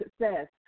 success